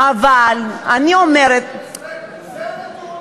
זה הנתון שיש לי מהלשכה המרכזית לסטטיסטיקה.